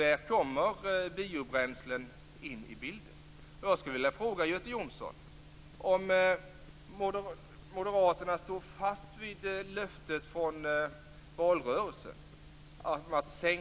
Där kommer biobränslen in i bilden.